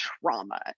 trauma